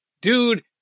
Dude